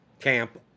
camp